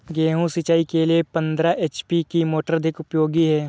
गेहूँ सिंचाई के लिए पंद्रह एच.पी की मोटर अधिक उपयोगी है?